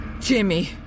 Jimmy